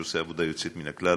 שעושה עבודה יוצאת מן הכלל,